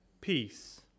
peace